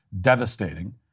devastating